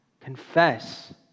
confess